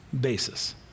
basis